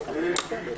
הישיבה